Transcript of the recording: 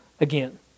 again